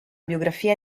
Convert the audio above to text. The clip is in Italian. biografia